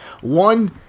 One